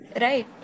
right